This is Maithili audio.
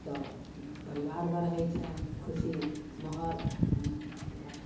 तऽ परिवार बढ़ै छनि खुशी माहौल भ